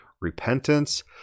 repentance